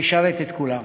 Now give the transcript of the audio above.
שישרת את כולם.